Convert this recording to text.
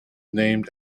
named